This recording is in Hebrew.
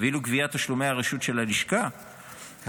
ואילו גביית תשלומי הרשות של הלשכה הראשית